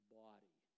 body